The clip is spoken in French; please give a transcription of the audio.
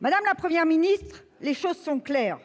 Madame la Première ministre, les choses sont claires,